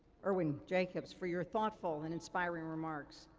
irwin jacobs for your thoughtful and inspiring remarks.